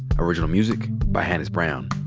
original music by hannis brown.